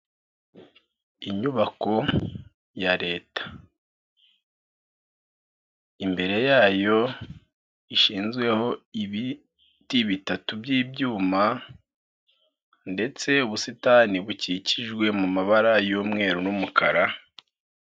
Inyubako ya Leta imbere yayo ishinzweho ibiti bitatu by'ibyuma ndetse ubusitani bukikijwe mu mabara y'umweru n'umukara.